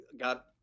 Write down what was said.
got